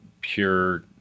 pure